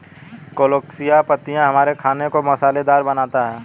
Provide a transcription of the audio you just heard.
colocasia पत्तियां हमारे खाने को मसालेदार बनाता है